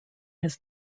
his